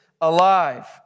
alive